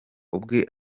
ubwe